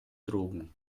drogen